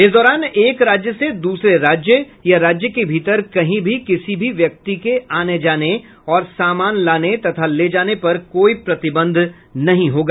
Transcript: इस दौरान एक राज्य से दूसरे राज्य या राज्य के भीतर कहीं भी किसी भी व्यक्ति के आने जाने और सामान लाने तथा ले जाने पर कोई प्रतिबंध नहीं होगा